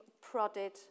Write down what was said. prodded